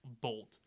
bolt